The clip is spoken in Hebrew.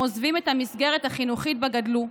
הם עוזבים את המסגרת החינוכית שבה גדלו,